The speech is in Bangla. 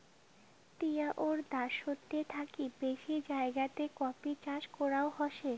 তিয়াত্তর দ্যাশেতের থাকি বেশি জাগাতে কফি চাষ করাঙ হসে